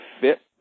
fit